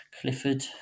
Clifford